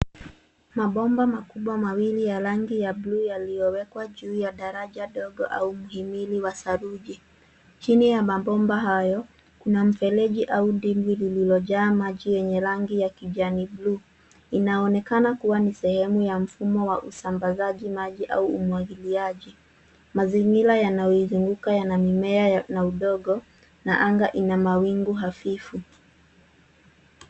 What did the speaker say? Mabomba makubwa mawili ya rangi ya buluu yaliyowekwa juu ya daraja ndogo au mhimili wa saruji. Chini ya mabomba hayo kuna mfereji au dimbwi lililojaa maji yenye rangi ya kijani buluu. Inaonekana kuwa mfumo wa usambazaji maji au umwagiliaji. Mazingira yanayoizunguka yana anga ya udongo na anga ina mawingu hafifu.